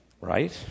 Right